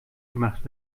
gemacht